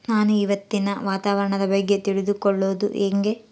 ನಾನು ಇವತ್ತಿನ ವಾತಾವರಣದ ಬಗ್ಗೆ ತಿಳಿದುಕೊಳ್ಳೋದು ಹೆಂಗೆ?